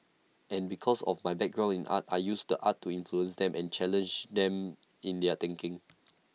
and because of my background in art I used art to influence them and challenge them in their thinking